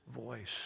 voice